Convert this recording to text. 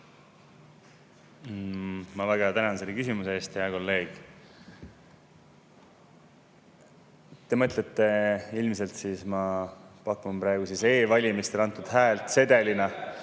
Ma väga tänan selle küsimuse eest, hea kolleeg. Te mõtlesite ilmselt siis, ma pakun praegu, sedeli all e‑valimistel antud häält.